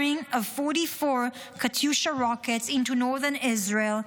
firing of 44 Katyusha rockets into Northern Israel,